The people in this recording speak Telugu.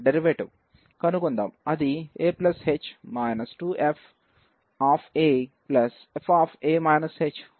అది a h 2f f h2